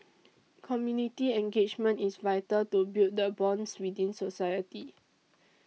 community engagement is vital to build the bonds within society